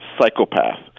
psychopath